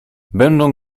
będą